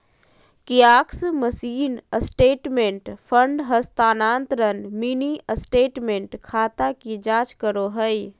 kiosk machine statement, fund हस्तानान्तरण, mini statement, खाता की जांच करो हइ